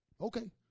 okay